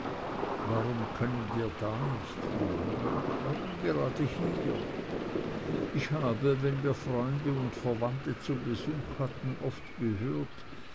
warum können wir da nicht wohnen warum gerade hier ich habe wenn wir freunde und verwandte zum besuch hatten oft gehört